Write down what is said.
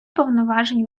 повноважень